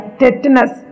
tetanus